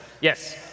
Yes